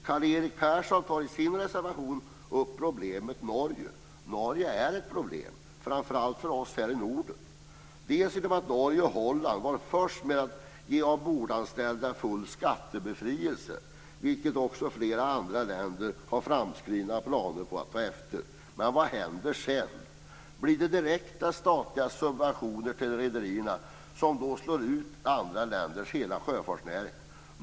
Karl-Erik Persson tar i sin reservation upp problemet Norge. Norge är ett problem, framför allt för oss här i Norden genom att Norge och Holland var först med att ge de ombordanställda full skattebefrielse, vilket också flera andra länder har framskridna planer på att ta efter. Men vad händer sedan? Blir det direkta statliga subventioner till rederierna som då slår ut andra länders hela sjöfartsnäring?